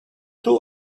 two